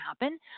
happen